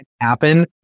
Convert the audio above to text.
happen